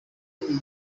iyi